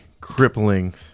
crippling